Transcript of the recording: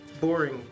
boring